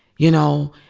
you know,